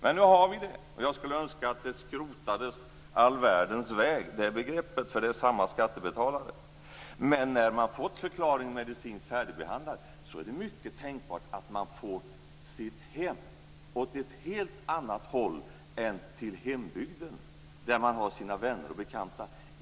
Men nu har vi det begreppet, och jag skulle önska att det skrotades all världens väg. När man fått förklarat att man är medicinskt färdigbehandlad är det mycket tänkbart att man får sitt hem åt ett helt annat håll än till hembygden, där man har sina vänner och bekanta.